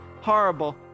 horrible